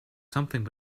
something